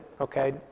okay